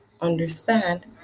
understand